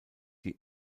die